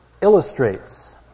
illustrates